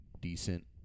decent